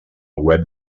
web